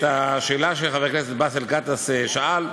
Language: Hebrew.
לשאלה שחבר הכנסת באסל גטאס שאל,